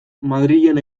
madrilen